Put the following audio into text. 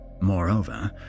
Moreover